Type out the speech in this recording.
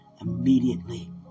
immediately